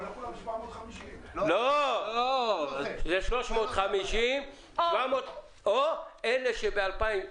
אבל לא כולם 750. לא, זה 350 או אלה שב-2016,